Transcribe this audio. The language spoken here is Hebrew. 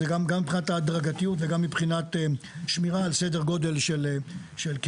גם מבחינת ההדרגתיות וגם מבחינת שמירה על סדר גודל של קהילה.